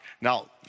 Now